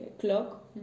clock